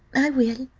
i will,